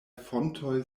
fontoj